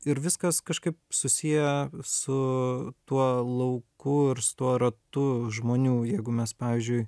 ir viskas kažkaip susiję su tuo lauku ir su tuo ratu žmonių jeigu mes pavyzdžiui